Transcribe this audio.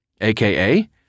aka